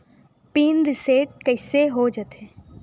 Pin reset कइसे हो जाथे?